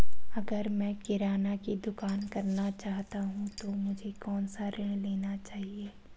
अगर मैं किराना की दुकान करना चाहता हूं तो मुझे कौनसा ऋण लेना चाहिए?